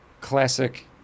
classic